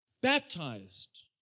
baptized